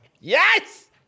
Yes